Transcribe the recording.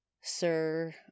Sir